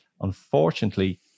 unfortunately